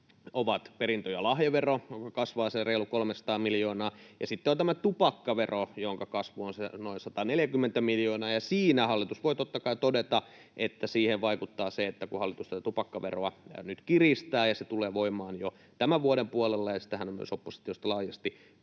ovat perintö- ja lahjavero, joka kasvaa sen reilu 300 miljoonaa, ja sitten on tämä tupakkavero, jonka kasvu on se noin 140 miljoonaa, ja siinä hallitus voi, totta kai, todeta, että siihen vaikuttaa se, kun hallitus tätä tupakkaveroa nyt kiristää, ja se tulee voimaan jo tämän vuoden puolella — ja sitähän on myös oppositiosta laajasti tuettu